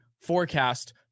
forecast